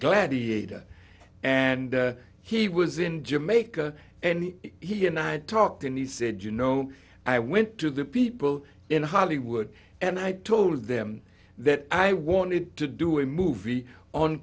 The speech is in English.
gladiator and he was in jamaica and he and i talked and he said you know i went to the people in hollywood and i told them that i wanted to do it movie on